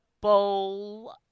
bowl